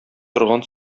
торган